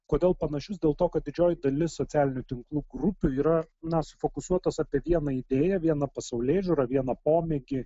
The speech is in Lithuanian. kodėl panašius dėl to kad didžioji dalis socialinių tinklų grupių yra na sufokusuotos apie vieną idėją vieną pasaulėžiūra vieną pomėgį